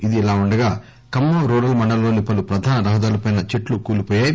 ఇది ఇలా ఉండగా ఖమ్మం రూరల్ మండలంలోని పలు ప్రధాన రహదారులపై చెట్లు కూలిపోయాయి